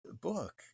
book